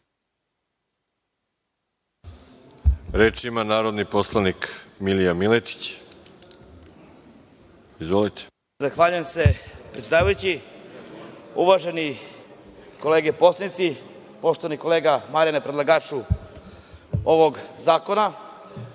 Reč ima narodni poslanik Milija Miletić. **Milija Miletić** Zahvaljujem se, predsedavajući. Uvažene kolege poslanici, poštovani kolega Marijane, predlagaču ovog zakona,